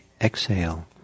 exhale